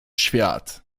świat